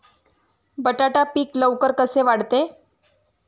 बटाटा पीक लवकर कसे वाढते?